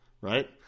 right